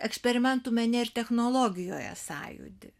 eksperimentų mene ir technologijoje sąjūdį